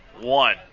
one